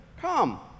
come